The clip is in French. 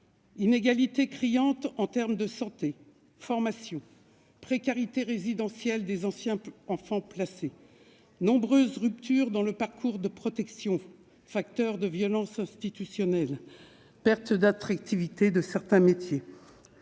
inégalités criantes en matière de santé et de formation, précarité résidentielle des anciens enfants placés, nombreuses ruptures dans le parcours de protection, qui sont facteurs de violences institutionnelles, et perte d'attractivité de certains métiers.